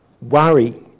worry